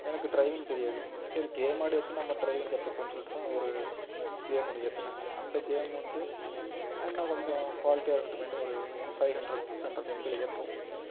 எனக்கு ட்ரைவிங் தெரியாது சரி கேம் ஆடியாச்சும் நம்ம ட்ரைவிங் கத்துப்போன்னு சொல்லிட்டு தான் ஒரு கேம் ஒன்று ஏத்துனேன் அந்த கேம் வந்து இன்னும் கொஞ்சம் குவாலிட்டியாக இருக்கட்டுமேன்னு ஒரு ஃபை ஹண்ட்ரெட் சிக்ஸ் ஹண்ட்ரட் எம்பியில் ஏற்றவும்